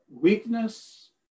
weakness